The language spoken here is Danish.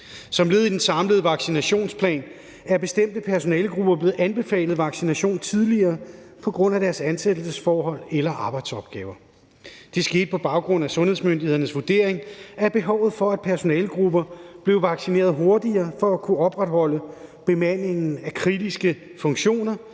Som led i den samlede vaccinationsplan er bestemte personalegrupper blevet anbefalet vaccination tidligere på grund af deres ansættelsesforhold eller arbejdsopgaver. Det skete på baggrund af sundhedsmyndighedernes vurdering af behovet for, at personalegrupper blev vaccineret hurtigere for at kunne opretholde bemandingen af kritiske funktioner